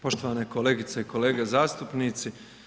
Poštovane kolegice i kolege zastupnici.